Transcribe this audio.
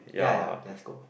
ya ya Glasgow